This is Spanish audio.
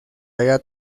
haya